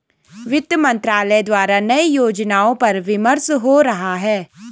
वित्त मंत्रालय द्वारा नए योजनाओं पर विमर्श हो रहा है